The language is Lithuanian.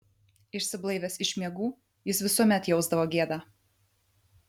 išsiblaivęs iš miegų jis visuomet jausdavo gėdą